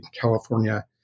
California